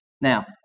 Now